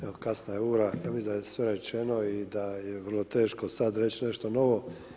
Evo kasna je ura, ja mislim da je sve rečeno i da je vrlo teško sad reć nešto novo.